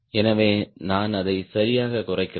எனவே நான் அதை சரியாக குறைக்கிறேன்